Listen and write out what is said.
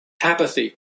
apathy